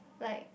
like